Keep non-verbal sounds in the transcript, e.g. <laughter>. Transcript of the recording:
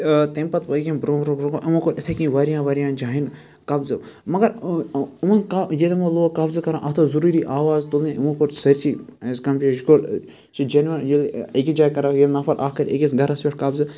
تمہِ پَتہٕ پٔکۍ یِم برونٛہہ برونٛہہ برونٛہہ یِمو کوٚر اِتھے کٔنۍ واریاہ واریاہَن جایَن قبضہٕ مگر یِمن ییٚلہِ یِمو لوگ قبضہٕ کَرُن اَتھ ٲس ضٔروٗری آواز تُلٕنۍ یِمو کوٚر سٲرسٕے <unintelligible> یہِ کوٚر یہِ جنوَن بییٚہِ أکِس جایہِ کَر ییٚلہِ نَفَر اَکھ کٔرۍ أکِس گَرَس پٮ۪ٹھ قبضہٕ